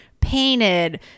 painted